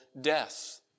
death